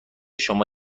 شما